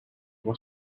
was